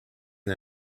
and